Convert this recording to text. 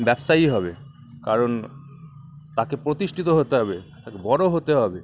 ব্যবসায়ীই হবে কারণ তাকে প্রতিষ্ঠিত হতে হবে অর্থাৎ বড়ো হতে হবে